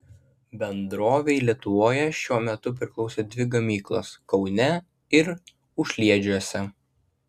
bendrovei lietuvoje šiuo metu priklauso dvi gamyklos kaune ir užliedžiuose